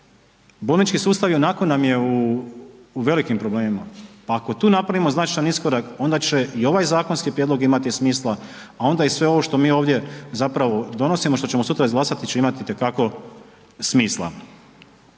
Bolnički sustav ionako nam je u, u velikim problemima, pa ako tu napravimo značajan iskorak onda će i ovaj zakonski prijedlog imati smisla, a onda i sve ovo što mi ovdje zapravo donosimo, što ćemo sutra izglasati će imati itekako smisla,